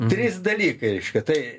trys dalykai reiškia tai